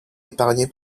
épargné